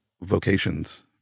vocations